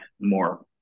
more